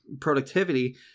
productivity